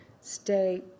stay